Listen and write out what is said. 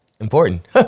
important